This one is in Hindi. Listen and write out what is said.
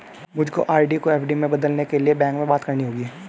मुझको आर.डी को एफ.डी में बदलने के लिए बैंक में बात करनी होगी